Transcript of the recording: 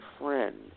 friend